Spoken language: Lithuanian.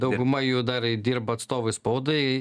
dauguma jų dar ir dirba atstovais spaudai